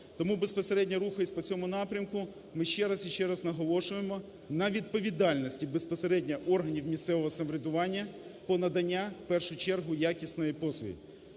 Тому, безпосередньо, рухаючись по цьому напрямку ми ще раз і ще раз наголошуємо на відповідальності, безпосередньо, органів місцевого самоврядування по наданню, в першу чергу, якісної послуги.